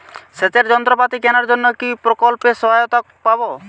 সেচের যন্ত্রপাতি কেনার জন্য কি প্রকল্পে সহায়তা পাব?